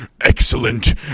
excellent